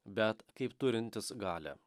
bet kaip turintis galią